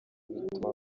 bituma